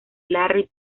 larry